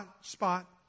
spot